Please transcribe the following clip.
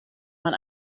man